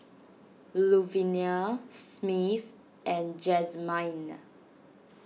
Luvenia Smith and Jazmyne